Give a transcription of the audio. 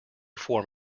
form